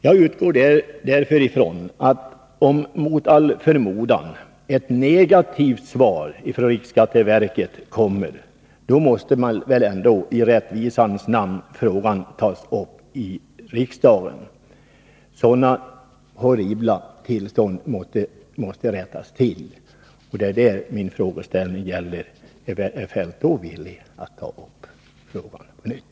Jag utgår därför ifrån att om det, mot all förmodan, kommer ett negativt besked från riksskatteverket, så måste väl ändå i rättvisans namn frågan tas upp i riksdagen. Sådana här horribla tillstånd måste rättas till. Min fråga är om herr Feldt då är villig att ta upp frågan på nytt.